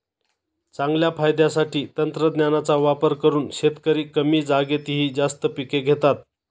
चांगल्या फायद्यासाठी तंत्रज्ञानाचा वापर करून शेतकरी कमी जागेतही जास्त पिके घेतात